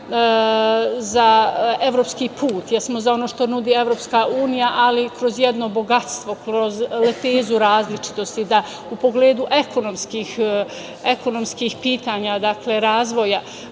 jesmo za evropski put, jesmo za ono što nudi EU, ali kroz jedno bogatstvo, kroz lepezu različitosti da u pogledu ekonomskih pitanja, dakle razvoja,